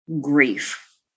grief